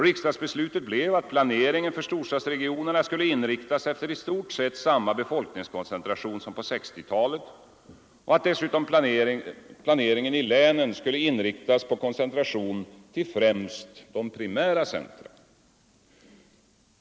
Riksdagsbeslutet blev att planeringen för storstadsregionerna skulle inriktas efter i stort sett samma befolkningskoncentration som på 1960-talet och att dessutom planeringen i länen skulle inriktas på en koncentration till främst primära centra.